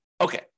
Okay